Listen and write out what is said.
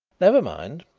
never mind.